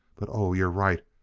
but oh, you're right!